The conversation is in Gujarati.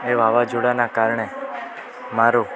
એ વાવાઝોડાંનાં કારણે મારો